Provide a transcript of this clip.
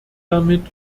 damit